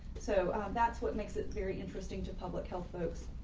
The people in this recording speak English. so that's what makes it very interesting to public health folks,